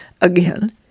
again